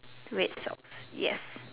wait yes